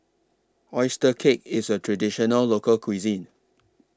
Oyster Cake IS A Traditional Local Cuisine